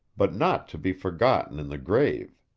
but not to be forgotten in the grave.